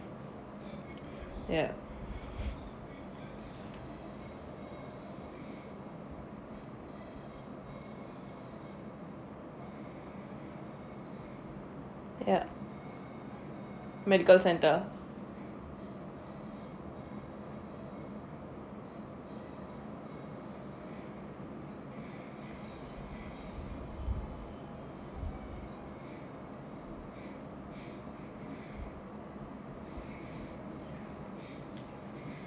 yup yup medical center